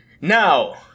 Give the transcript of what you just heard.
Now